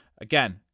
again